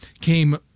came